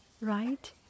right